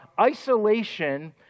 isolation